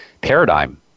paradigm